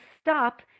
stop